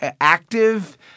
active